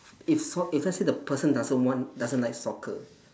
if s~ if let's say the person doesn't want doesn't like soccer